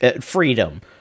freedom